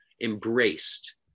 embraced